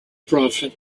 prophet